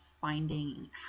finding